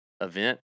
event